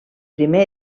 primer